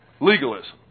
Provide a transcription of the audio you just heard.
legalism